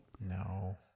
No